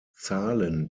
zahlen